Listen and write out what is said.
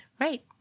right